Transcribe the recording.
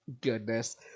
Goodness